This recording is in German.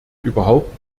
überhaupt